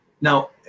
Now